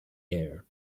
air